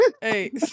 Hey